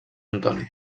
antoni